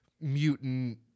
mutant